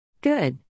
Good